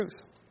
truth